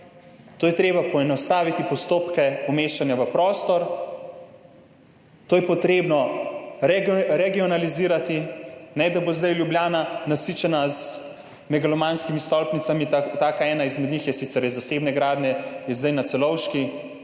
treba je poenostaviti postopke umeščanja v prostor, to je treba regionalizirati, ne da bo zdaj Ljubljana nasičena z megalomanskimi stolpnicami, ena izmed takih, ki je sicer zasebne gradnje, je zdaj na Celovški,